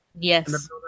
Yes